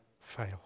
fail